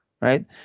right